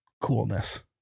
coolness